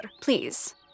please